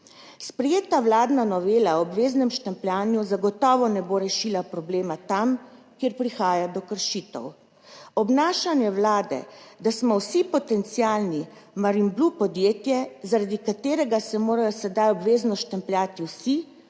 Sprejeta vladna novela o obveznem štempljanju zagotovo ne bo rešila problema tam, kjer prihaja do kršitev. obnašanje Vlade, da smo vsi potencialni marimbe podjetje zaradi katerega se morajo sedaj obvezno štempljati vsi,